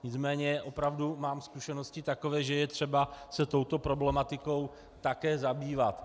Nicméně opravdu mám zkušenosti takové, že je třeba se touto problematikou také zabývat.